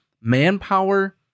manpower